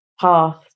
path